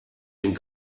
den